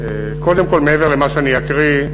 קודם כול, מעבר למה שאני אקריא,